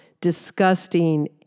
disgusting